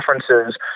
references